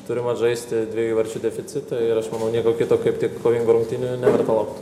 turim atžaisti dviejų įvarčių deficitą ir aš manau nieko kito kaip tik kovingų rungtynių neverta laukt